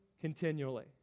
continually